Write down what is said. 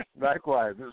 Likewise